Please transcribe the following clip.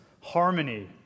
harmony